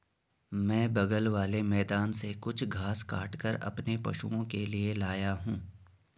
मैं बगल वाले मैदान से कुछ घास काटकर अपने पशुओं के लिए लाया हूं